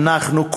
אנחנו,